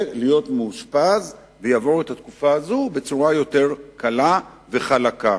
להיות מאושפז ולעבור את התקופה הזאת בצורה יותר קלה וחלקה.